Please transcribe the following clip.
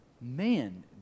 Man